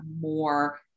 more